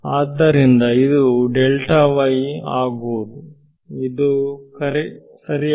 ಆದ್ದರಿಂದ ಇದು ಆಗುವುದು ಇದು ಸರಿ